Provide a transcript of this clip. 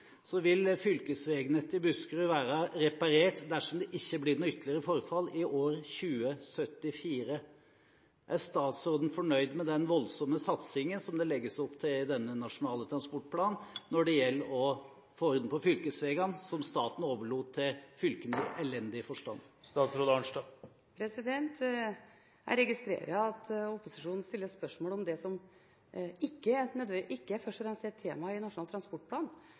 vil fylkesveinettet der være reparert – dersom det ikke blir ytterligere forfall – i 2074. Er statsråden fornøyd med den voldsomme satsingen som det legges opp til i Nasjonal transportplan for å få orden på fylkesveiene – som staten overlot til fylkene i elendig stand? Jeg registrerer at opposisjonen stiller spørsmål om det som ikke først og fremst er et tema i Nasjonal transportplan,